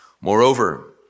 Moreover